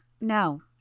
No